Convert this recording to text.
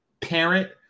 parent